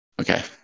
Okay